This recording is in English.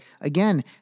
Again